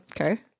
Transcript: Okay